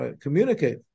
communicate